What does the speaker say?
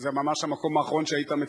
זה ממש המקום האחרון שהיית מצפה.